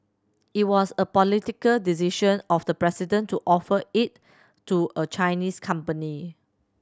it was a political decision of the president to offer it to a Chinese company